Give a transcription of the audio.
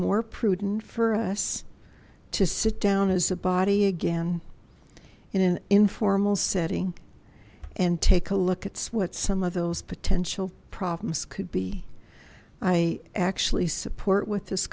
more prudent for us to sit down as a body again in an informal setting and take a look it's what some of those potential problems could be i actually support with this